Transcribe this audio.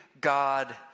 God